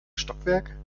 stockwerk